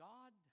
God